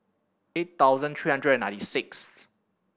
eight thousand three hundred ninety sixth